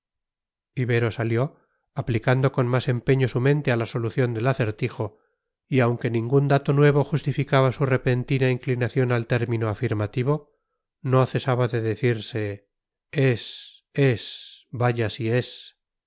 ibero salió aplicando con más empeño su mente a la solución del acertijo y aunque ningún dato nuevo justificaba su repentina inclinación al término afirmativo no cesaba de decirse es es vaya si es